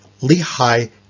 Lehi